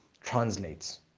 translates